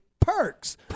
perks